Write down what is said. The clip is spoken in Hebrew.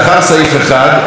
אחרי סעיף 1,